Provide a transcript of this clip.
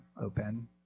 open